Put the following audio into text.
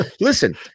listen